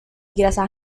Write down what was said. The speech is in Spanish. grasas